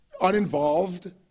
Uninvolved